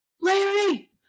Larry